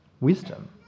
wisdom